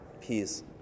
peace